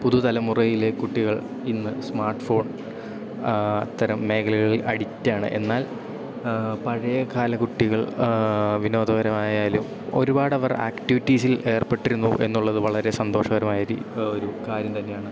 പുതുതലമുറയിലെ കുട്ടികൾ ഇന്ന് smart phone അത്തരം മേഖലകളിൽ അഡിക്റ്റാണ് എന്നാൽ പഴയ കാലകുട്ടികൾ വിനോദപരമായാലും ഒരുപാടവർ ആക്ടിവിറ്റീസിൽ ഏർപ്പെട്ടിരുന്നു എന്നുള്ളത് വളരെ സന്തോഷകരമായ ഒരി ഒരു കാര്യം തന്നെയാണ്